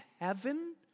heaven